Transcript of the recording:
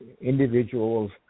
individuals